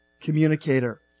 communicator